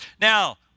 Now